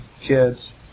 kids